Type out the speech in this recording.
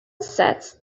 sets